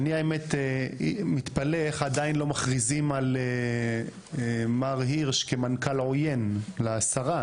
אני האמת מתפלא איך עדיין לא מכריזים על מר הירש כמנכ"ל עוין לשרה,